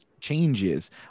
changes